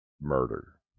murder